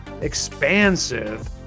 expansive